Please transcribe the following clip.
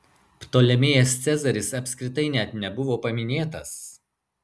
ptolemėjas cezaris apskritai net nebuvo paminėtas